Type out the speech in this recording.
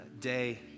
day